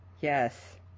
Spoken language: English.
Yes